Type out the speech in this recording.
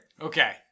Okay